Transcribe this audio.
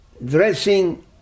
Dressing